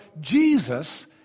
Jesus